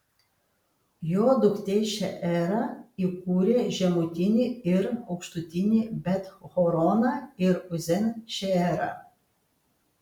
jo duktė šeera įkūrė žemutinį ir aukštutinį bet horoną ir uzen šeerą